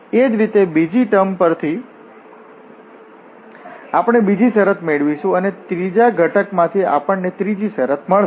એ જ રીતે બીજી ટર્મ પરથી આપણે બીજી શરત મેળવીશું અને ત્રીજા ઘટકમાંથી આપણને આ ત્રીજી શરત મળશે